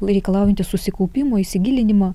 reikalaujantis susikaupimo įsigilinimo